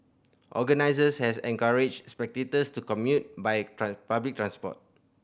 Organisers has encouraged spectators to commute by public transport